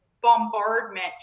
bombardment